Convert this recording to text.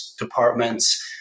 departments